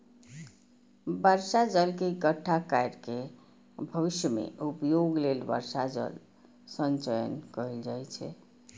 बर्षा जल के इकट्ठा कैर के भविष्य मे उपयोग लेल वर्षा जल संचयन कैल जाइ छै